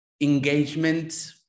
engagement